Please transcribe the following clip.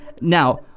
Now